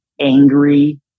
angry